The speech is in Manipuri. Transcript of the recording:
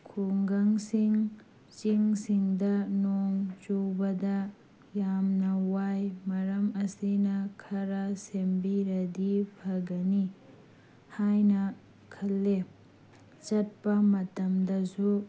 ꯈꯨꯡꯒꯪꯁꯤꯡ ꯆꯤꯡꯁꯤꯡꯗ ꯅꯣꯡ ꯆꯨꯕꯗ ꯌꯥꯝꯅ ꯋꯥꯏ ꯃꯔꯝ ꯑꯁꯤꯅ ꯈꯔ ꯁꯦꯝꯕꯤꯔꯗꯤ ꯐꯒꯅꯤ ꯍꯥꯏꯅ ꯈꯜꯂꯤ ꯆꯠꯄ ꯃꯇꯝꯗꯁꯨ